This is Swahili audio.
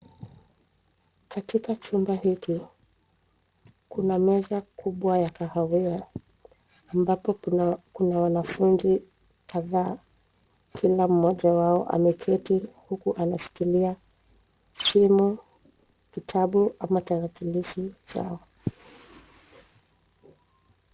Katika chumba hiki kuna meza kubwa ya kahawia ambapo wanafunzi kadhaa wamekaa. Kila mmoja ameshika simu, kitabu, au tarakilishi yake.